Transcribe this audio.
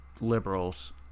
liberals